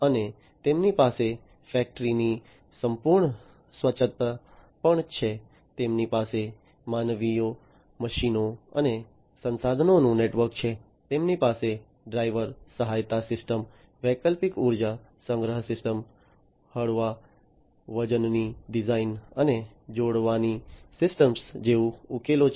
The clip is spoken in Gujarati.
અને તેમની પાસે ફેક્ટરીની સંપૂર્ણ સ્વાયત્તતા પણ છે તેમની પાસે માનવીઓ મશીનો અને સંસાધનોનું નેટવર્ક છે તેમની પાસે ડ્રાઇવર સહાયતા સિસ્ટમ વૈકલ્પિક ઉર્જા સંગ્રહ સિસ્ટમ હળવા વજનની ડિઝાઇન અને જોડાવાની સિસ્ટમ જેવા ઉકેલો છે